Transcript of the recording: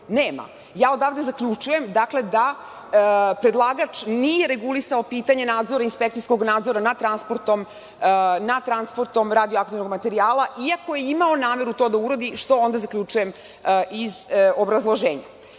nema. Odavde zaključujem da predlagač nije regulisao pitanje nadzora inspekcijskog nadzora nad transportom radioaktivnog materijala, iako je imao nameru to da uradi, što onda zaključujem iz obrazloženja. Dakle,